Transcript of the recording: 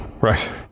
Right